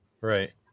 right